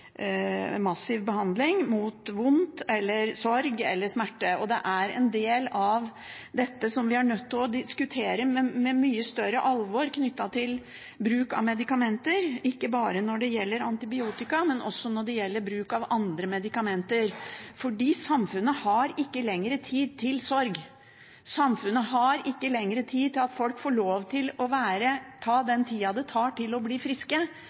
massiv behandling mot vondt, sorg eller smerte. Det er en del av dette som vi er nødt til å diskutere med mye større alvor knyttet til bruk av medikamenter, ikke bare når det gjelder antibiotika, men også når det gjelder bruk av andre medikamenter, for samfunnet har ikke lenger tid til sorg. Samfunnet har ikke lenger tid til at folk får lov til å ta den tida de trenger for å bli